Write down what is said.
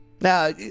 Now